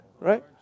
right